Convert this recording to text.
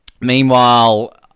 Meanwhile